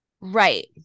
Right